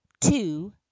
two